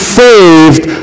saved